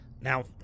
Now